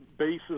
Bases